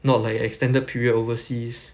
not like extended period overseas